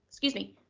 excuse me,